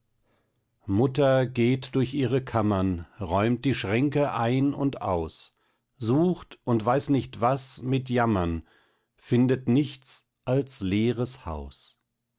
mutter geht durch ihre kammern räumt die schränke ein und aus sucht und weiß nicht was mit jammern findet nichts als leeres haus